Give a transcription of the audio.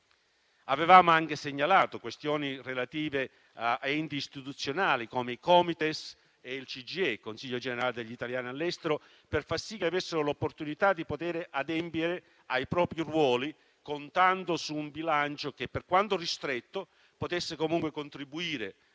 Avevamo anche segnalato questioni relative a enti istituzionali, come i Comites e il CGIE (Consiglio generale degli italiani all'estero), per far sì che avessero l'opportunità di adempiere ai propri ruoli, contando su un bilancio che, per quanto ristretto, potesse comunque contribuire